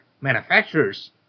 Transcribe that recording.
manufacturers